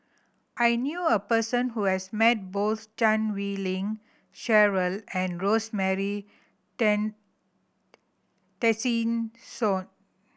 I knew a person who has met both Chan Wei Ling Cheryl and Rosemary Tessensohn